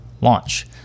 launch